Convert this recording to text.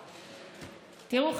תראו,